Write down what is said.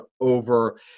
over